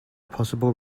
possible